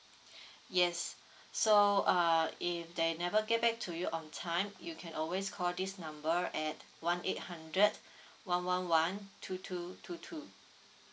yes so uh if they never get back to you on time you can always call this number at one eight hundred one one one two two two two